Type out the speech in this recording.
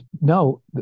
No